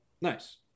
Nice